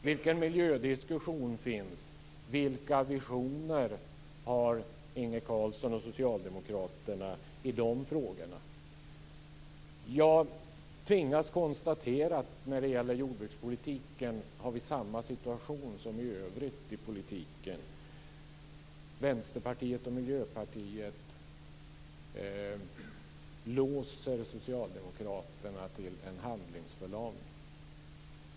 Vilken miljödiskussion finns? Vilka visioner har Inge Carlsson och Socialdemokraterna i de frågorna? Jag tvingas konstatera att vi har samma situation som i övrigt i fråga om jordbrukspolitiken. Vänsterpartiet och Miljöpartiet handlingsförlamar Socialdemokraterna.